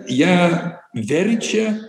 ją verčia